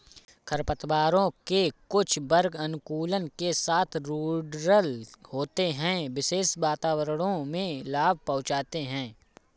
खरपतवारों के कुछ वर्ग अनुकूलन के साथ रूडरल होते है, विशेष वातावरणों में लाभ पहुंचाते हैं